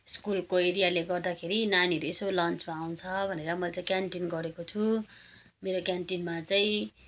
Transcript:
स्कुलको एरियाले गर्दाखेरि नानीहरू यसो लन्चमा आउँछ भनेर मैले चाहिँ केन्टिन गरेको छु मेरो केन्टिनमा चाहिँ